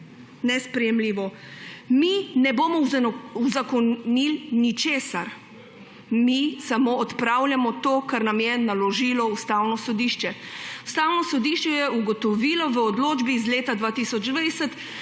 nesprejemljivo. Mi ne bomo uzakonili ničesar, mi samo odpravljamo to, kar nam je naložilo Ustavno sodišče. Ustavno sodišče je ugotovilo v odločbi iz leta 2020,